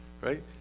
Right